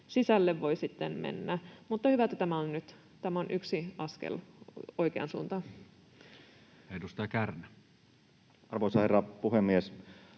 sisälle voi sitten mennä. Mutta hyvä, että tämä on nyt täällä, tämä on yksi askel oikeaan suuntaan. Edustaja Kärnä. Arvoisa herra puhemies!